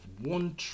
one